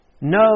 No